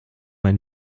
ein